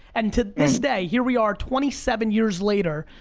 and to this day, here we are twenty seven years later,